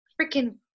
freaking